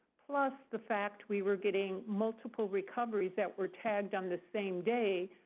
plus the fact we were getting multiple recoveries that were tagged on the same day,